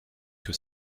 que